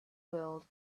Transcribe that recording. world